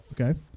Okay